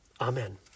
Amen